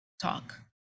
talk